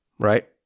Right